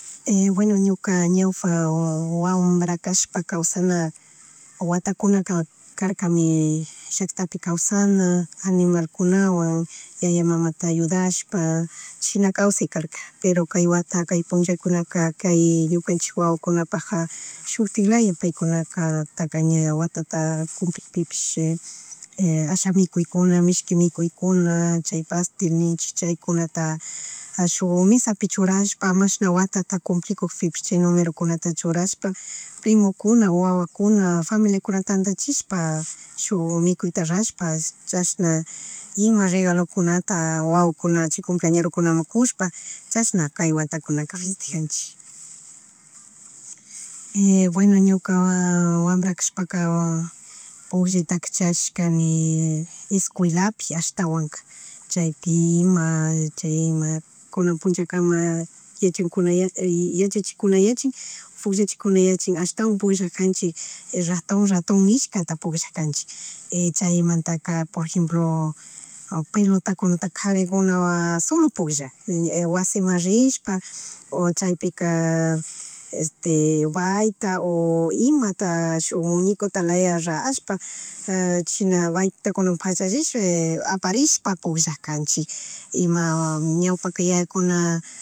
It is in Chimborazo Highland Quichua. (-) Bueno ñuka ñawpa wambra kashpa kawsana watakunaka karkami llacktapi kawsana animalkunawan yaya, mamata ayudashpa shina kawsay karaka pero kay wata kay punllakuna kay ñukanchik wawakunapaja shuktik laya paykunaka taka ña watata cumplikpipish asha mikunkuykun mishki mikuykuna chay pastel ninchik chaykunata ashuy mishapu churashpa mashna watata cumplikukpipish chay nùmerokunata churashpa primokuna o wawakuna familiakuna tandachishpa shuk mikuyta rashpa chashna ima regalokunata, wawakunata chi chumpleñerokunamun kushpa chashna kay watakunaka festejanchik. Bueno ñuka wambra kashpaka puckllaytaka charishkani escuelapi ashtawanka chaypi ima chay imka, kunan punllakama yachankuna yachin, yachachikunayachin o pukllachik kuna yachin ashtawan pukllakanchik ratòn, ratòn nishkata pukllashkanchik chaymantaka por ejemplo, pelotakunataka karikuna solo pukllag wasiman rishpa o chaypika este, bayta o imata shuk muñecota yala rashpa china vayetakuna pachallishpa aparishpa pukllakcachik ima ñawpakak ayayakuna